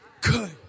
good